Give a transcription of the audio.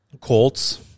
Colts